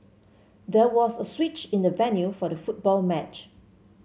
there was a switch in the venue for the football match